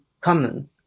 common